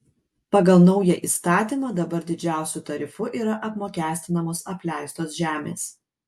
pagal naują įstatymą dabar didžiausiu tarifu yra apmokestinamos apleistos žemės